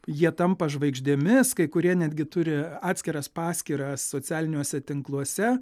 jie tampa žvaigždėmis kai kurie netgi turi atskiras paskyras socialiniuose tinkluose